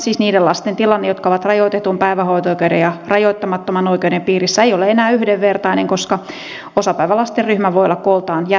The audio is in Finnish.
siis niiden lasten tilanne jotka ovat rajoitetun päivähoito oikeuden piirissä verrattuna niihin jotka ovat rajoittamattoman oikeuden piirissä ei ole enää yhdenvertainen koska osapäivälasten ryhmä voi olla kooltaan jättisuuri